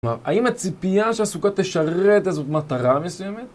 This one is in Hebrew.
האם הציפייה שהסוכה תשרת איזו מטרה מסוימת?